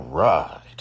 Right